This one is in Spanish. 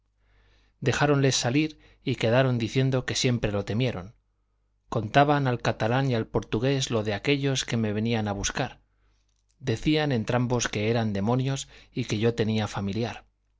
terrena dejáronles salir y quedaron diciendo que siempre lo temieron contaban al catalán y al portugués lo de aquellos que me venían a buscar decían entrambos que eran demonios y que yo tenía familiar